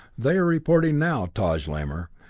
they are reporting now, taj lamor,